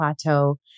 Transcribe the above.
plateau